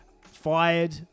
fired